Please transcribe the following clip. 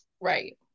right